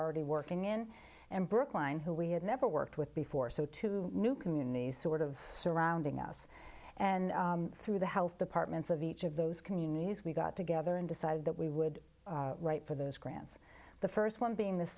already working in and brookline who we had never worked with before so two new communities sort of surrounding us and through the health departments of each of those communities we got together and decided that we would write for those grants the st one being th